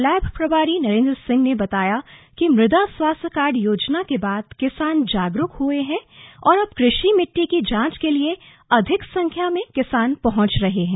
lab प्रभारी नरेन्द्र सिंह ने बताया कि मुदा स्वास्थ्य कार्ड योजना के बाद किसान जागरूक हुए हैं और अब कृषि मिट्टी की जांच के लिए अधिक संख्या में किसान पहुंच रहे हैं